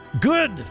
good